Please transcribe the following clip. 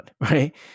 right